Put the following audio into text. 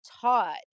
taught